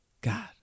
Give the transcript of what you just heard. God